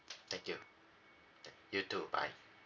thank you you too bye